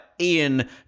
Ian